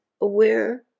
aware